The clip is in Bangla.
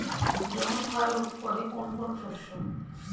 জমির ক্ষয় রোধ করে কোন কোন শস্য?